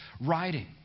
writing